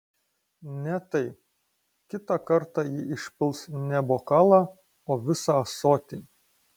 ne tai kitą kartą ji išpils ne bokalą o visą ąsotį